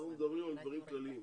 אנחנו מדברים על דברים כלליים.